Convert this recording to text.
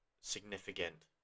significant